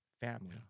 family